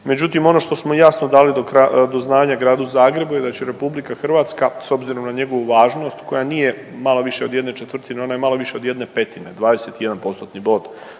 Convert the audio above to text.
Međutim, ono što smo jasno dali do znanja Gradu Zagrebu je da će RH s obzirom na njegovu važnost koja nije malo više od jedne četvrtine, ona je malo više od jedne petine 21%-tni